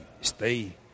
stay